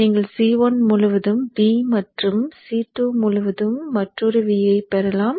நீங்கள் C1 முழுவதும் V மற்றும் C2 முழுவதும் மற்றொரு V ஐப் பெறலாம்